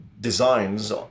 designs